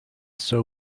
sew